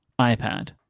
ipad